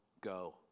go